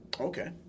Okay